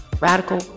radical